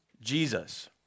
Jesus